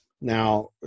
Now